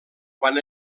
quan